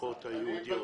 המשפחות היהודיות.